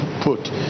put